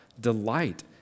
delight